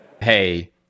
Hey